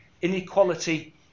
Inequality